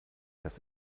das